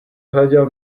hleděl